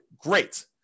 great